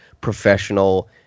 professional